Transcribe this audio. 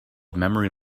memory